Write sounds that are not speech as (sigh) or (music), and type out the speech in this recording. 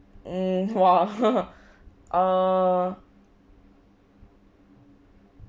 mm !wow! (laughs) err